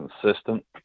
consistent